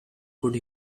could